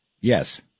Yes